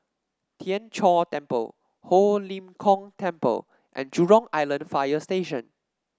Tien Chor Temple Ho Lim Kong Temple and Jurong Island Fire Station